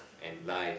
and life